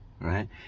right